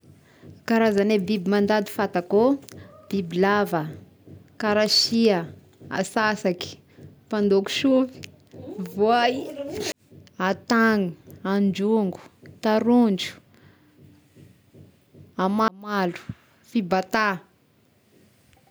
Karazagna eh biby mandady fantakô: bibilava, karasia, asasaky, mpandôky soa voay, antagny, andrôngo, tarôndro, amalo, fibata.